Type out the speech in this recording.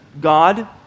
God